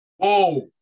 Whoa